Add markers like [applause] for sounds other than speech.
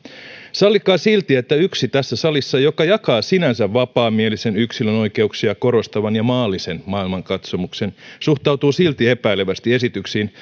sallikaa silti että yksi tässä salissa joka jakaa sinänsä vapaamielisen yksilön oikeuksia korostavan ja maallisen maailmankatsomuksen suhtautuu silti epäilevästi esityksiin [unintelligible]